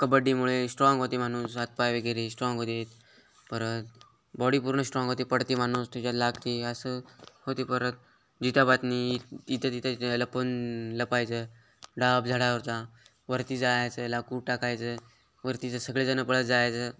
कबड्डीमुळे strong होती माणूस हातपाय वगैरे स्ट्राँग होते परत बॉडी पूर्ण स्ट्राँग होते पडते माणूस त्याच्यात लागते असं होते परत जिताबातनी इ इथं तिथं लपून लपायचं डाप झाडावरचा वरती जायचं लाकूड टाकायचं वरतीच सगळेजण पळत जायचं